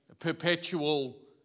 perpetual